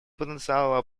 потенциала